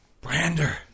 Brander